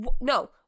No